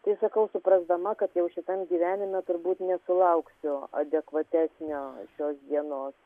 tai sakau suprasdama kad jau šitam gyvenime turbūt nesulauksiu adekvatesnio šios dienos